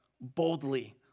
boldly